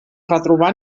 retrobar